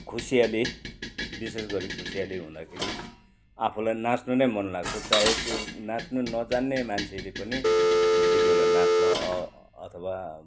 खुसियाली विशेष गरी खुसियाली हुँदाखेरि आफूलाई नाच्नु नै मनलाग्छ चाहे त्यो नाच्नु नजान्ने मान्छेले पनि त्यति बेला नाच्छ अथवा